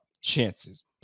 chances